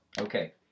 Okay